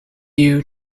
you